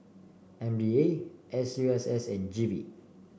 M D A S U S S and G V